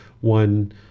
one